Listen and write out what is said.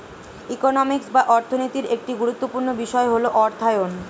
economics বা অর্থনীতির একটি গুরুত্বপূর্ণ বিষয় হল অর্থায়ন